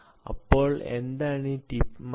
അപ്പോൾ എന്താണ് ഈ ടിപ്പ് മാസ്